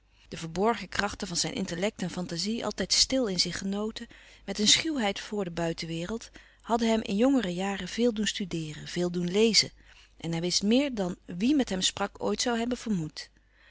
de verborgen krachten van zijn intellect en fantazie altijd stil in zich genoten met een schuwheid voor de buitenwereld hadden hem in jongere jaren veel doen studeeren veel doen lezen en hij wist meer dan wie met hem sprak ooit zoû hebben vermoed